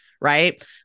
right